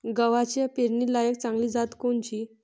गव्हाची पेरनीलायक चांगली जात कोनची?